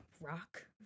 rock